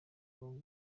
bwo